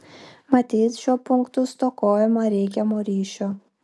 matyt šiuo punktu stokojama reikiamo ryšio